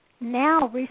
now